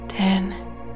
Ten